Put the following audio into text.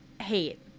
hate